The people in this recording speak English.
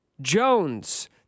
Jones